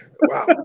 Wow